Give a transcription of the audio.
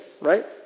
right